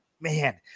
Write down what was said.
man